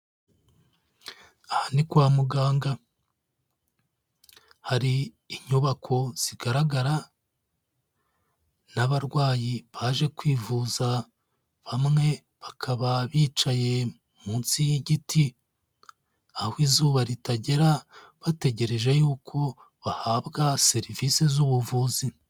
Aha ni kwa muganga, hari inyubako zigaragara n'abarwayi baje kwivuza, bamwe bakaba bicaye munsi y'igiti aho izuba ritagera, bategereje yuko bahabwa serivisi z'ubuvuzi.